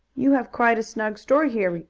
you have quite a snug store here,